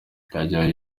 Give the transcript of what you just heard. yajyanwe